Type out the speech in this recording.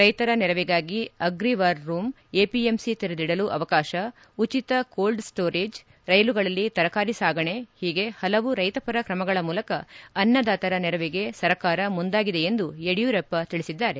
ರೈತರ ನೆರವಿಗಾಗಿ agri war room APMC ತೆರೆದಿಡಲು ಅವಕಾಶ ಉಚಿತ ಕೋಲ್ಡ್ ಸ್ಟೋರೆಜ್ ರೈಲುಗಳಲ್ಲಿ ತರಕಾರಿ ಸಾಗಣೆ ಹೀಗೆ ಹಲವು ರೈಶಪರ ಕ್ರಮಗಳ ಮೂಲಕ ಅನ್ನದಾತರ ನೆರವಿಗೆ ಸರ್ಕಾರ ಮುಂದಾಗಿದೆ ಎಂದು ಯಡಿಯೂರಪ್ಪ ತಿಳಿಸಿದ್ದಾರೆ